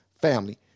family